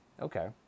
okay